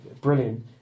brilliant